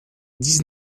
dix